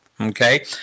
Okay